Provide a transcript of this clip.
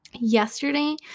yesterday